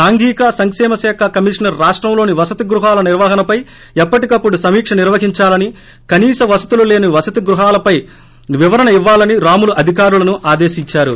సాంఘీక సంకేమశాఖ కమీషనర్ రాష్టంలోని వసతి గృహాల నిర్వహణపై ఎప్పటికప్పుడు సమీక నిర్వహిందాలని కనీస వసతులు లేని వసతి గృహాలపై వివరణ ఇవ్వాలని రాములు అధికారులను ఆదేశించారు